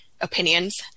opinions